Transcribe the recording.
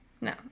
No